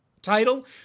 title